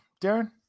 darren